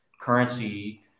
currency